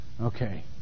Okay